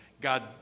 God